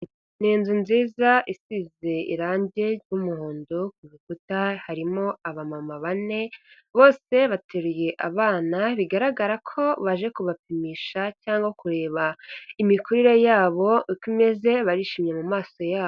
Ni inzu nziza isize irangi ry'umuhondo ku rukuta, harimo abamama bane, bose bateruye abana, bigaragara ko baje kubapimisha cyangwa kureba imikurire yabo uko imeze, barishimye mu maso yabo.